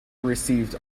received